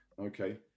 Okay